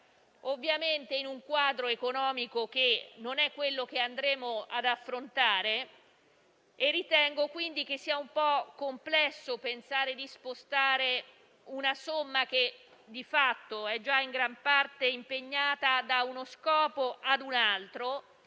ovviamente in un quadro economico che non è quello che andremo ad affrontare. Ritengo quindi che sia un po' complesso pensare di spostare una somma, che, di fatto, è già in gran parte impegnata, da uno scopo a un altro.